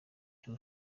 cy’u